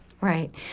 Right